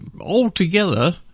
altogether